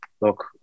look